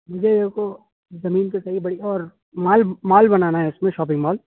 مجھے تو زمین تو چاہیے بڑھیا اور مال مال بنانا ہے اس میں شاپنگ مال